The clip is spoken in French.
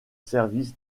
service